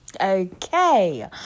Okay